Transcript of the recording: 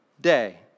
day